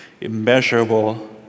immeasurable